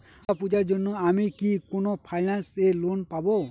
দূর্গা পূজোর জন্য আমি কি কোন ফাইন্যান্স এ লোন পাবো?